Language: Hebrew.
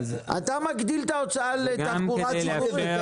אם אתה מגדיל את ההוצאה לתחבורה ציבורית,